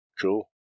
Cool